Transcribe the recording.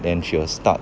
then she will start